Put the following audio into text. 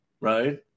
Right